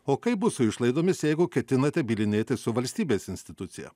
o kaip bus su išlaidomis jeigu ketinate bylinėtis su valstybės institucija